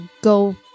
go